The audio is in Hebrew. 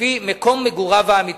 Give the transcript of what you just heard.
לפי מקום מגוריו האמיתי.